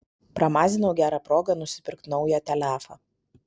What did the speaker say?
pramazinau gerą progą nusipirkt naują telefą